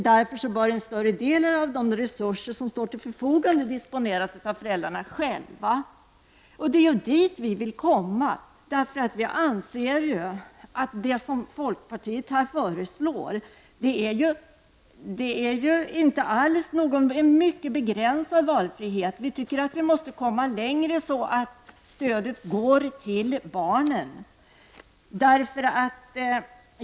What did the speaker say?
Därför bör en större del av de resurser som står till förfogande disponeras av föräldrarna själva. Det är dit vi vill komma. Vad folkpartiet föreslår innebär enligt vår mening en mycket begränsad valfrihet. Det gäller att gå längre så att stödet ges till barnen.